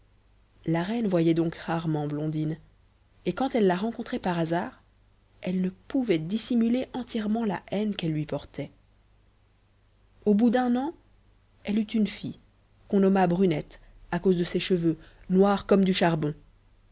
la reine voyait donc rarement blondine et quand elle la rencontrait par hasard elle ne pouvait dissimuler entièrement la haine qu'elle lui portait au bout d'un an elle eut une fille qu'on nomma brunette à cause de ses cheveux noirs comme du charbon